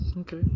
Okay